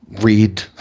read